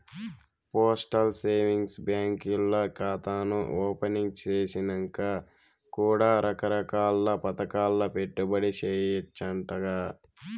postal savings బాంకీల్ల కాతాను opening సేసినంక కూడా రకరకాల్ల పదకాల్ల పెట్టుబడి సేయచ్చంటగా